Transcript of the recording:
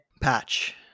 Patch